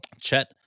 Chet